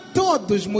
todos